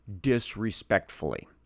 disrespectfully